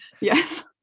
Yes